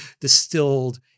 distilled